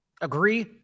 Agree